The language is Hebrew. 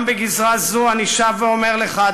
גם בגזרה זו אני שב ואומר לך,